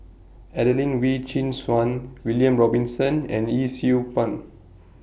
Adelene Wee Chin Suan William Robinson and Yee Siew Pun